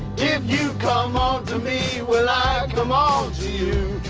if you come on to me will i come on to you?